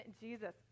Jesus